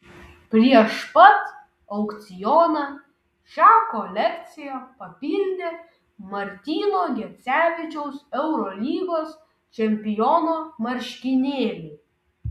prieš pat aukcioną šią kolekciją papildė martyno gecevičiaus eurolygos čempiono marškinėliai